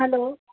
hello